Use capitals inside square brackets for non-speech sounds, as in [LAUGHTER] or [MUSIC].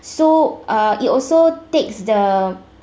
so uh it also takes the [NOISE] the